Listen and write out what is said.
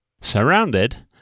Surrounded